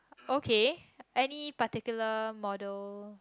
okay any particular model